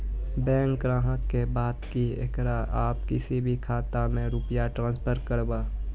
Bank ग्राहक के बात की येकरा आप किसी भी खाता मे रुपिया ट्रांसफर करबऽ?